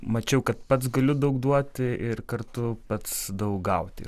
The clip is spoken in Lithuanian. mačiau kad pats galiu daug duoti ir kartu pats daug gauti